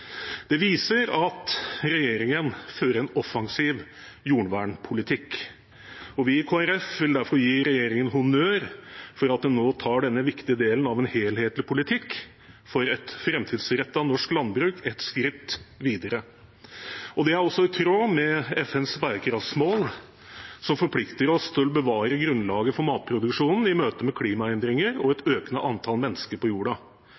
Det viser at regjeringen fører en offensiv jordvernpolitikk. Vi i Kristelig Folkeparti vil derfor gi regjeringen honnør for at den nå tar denne viktige delen av en helhetlig politikk for et framtidsrettet norsk landbruk ett skritt videre. Det er også i tråd med FNs bærekraftsmål, som forplikter oss til å bevare grunnlaget for matproduksjonen i møte med klimaendringer og et økende antall mennesker på jorda.